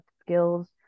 skills